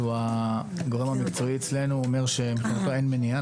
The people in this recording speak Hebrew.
שהוא הגורם המקצועי אצלנו, הוא אומר שאין מניעה.